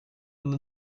und